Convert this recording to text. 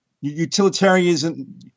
utilitarianism